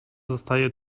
zostaje